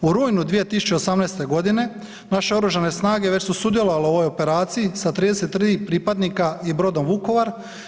U rujnu 2018. g. naše Oružane snage već su sudjelovale u ovoj operaciji sa 33 pripadnika i brodom Vukovar.